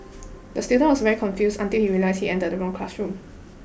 the student was very confused until he realised he entered the wrong classroom